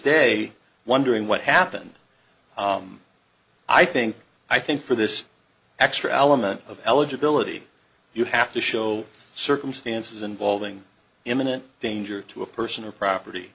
day wondering what happened i think i think for this extra element of eligibility you have to show circumstances involving imminent danger to a person or property